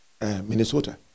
Minnesota